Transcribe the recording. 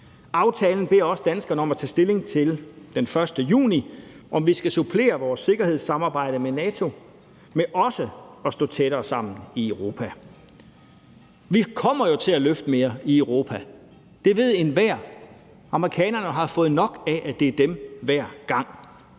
Aftalen beder også danskerne om den 1. juni at tage stilling til, om vi skal supplere vores sikkerhedssamarbejde med NATO med også at stå tættere sammen i Europa. Vi kommer jo til at løfte mere i Europa. Det ved enhver. Amerikanerne har fået nok af, at det er dem hver gang,